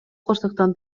кырсыктан